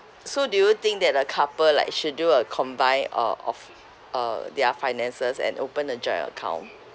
so do you think that a couple like should do a combined uh of uh their finances and open a joint account